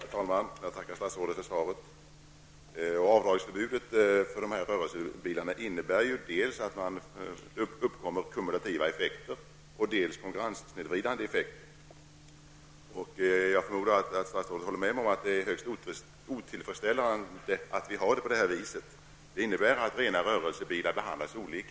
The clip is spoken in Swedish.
Herr talman! Jag tackar statsrådet för svaret. Avdragsförbudet när det gäller rörelsebilar innebär ju att det uppkommer dels kumulativa effekter, dels konkurrenssnedvridande effekter. Jag förmodar att statsrådet håller med mig om att det är högst otillfredsställande att rena rörelsebilar behandlas olika.